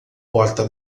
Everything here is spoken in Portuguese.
porta